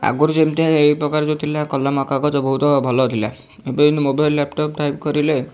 ଆଗରୁ ଯେମିତି ଏଇପ୍ରକାର ଯେଉଁ ଥିଲା କଲମ କାଗଜ ବହୁତ ଭଲ ଥିଲା ଏବେ କିନ୍ତୁ ମୋବାଇଲ ଲ୍ୟାପଟପ୍ ଟାଇପ୍ କରିଲେ